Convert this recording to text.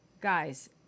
Guys